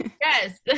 Yes